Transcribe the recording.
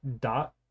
dot